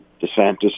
DeSantis